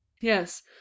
Yes